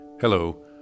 Hello